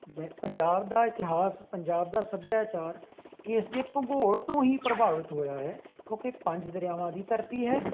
ਮੈਂ ਪੰਜਾਬ ਦਾ ਇਤਿਹਾਸ ਪੰਜਾਬ ਦਾ ਸੱਭਿਆਚਾਰ ਇਸ ਦੇ ਭੂਗੋਲ ਤੋਂ ਹੀ ਪ੍ਰਭਾਵਿਤ ਹੋਇਆ ਹੈ ਕਿਉਂਕਿ ਪੰਜ ਦਰਿਆਵਾਂ ਦੀ ਧਰਤੀ ਹੈ